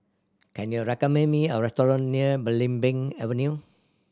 can you recommend me a restaurant near Belimbing Avenue